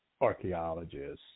archaeologists